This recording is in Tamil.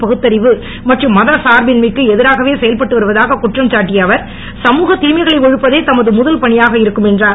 பகுத்தறிவு மற்றும் மதசார்பின்மைக்கு எதிராகவே செயல்பட்டு வருவதாக குற்றம் சாட்டிய அவர் சமுகத் திமைகளை ஒழிப்பதே தமது முதல் பணியாக இருக்கும் என்றார்